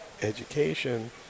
education